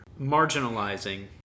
marginalizing